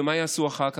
ומה יעשו אחר כך?